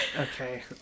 Okay